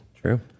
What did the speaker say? True